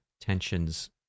tensions